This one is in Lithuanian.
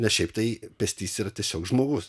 ne šiaip tai pėstysis yra tiesiog žmogus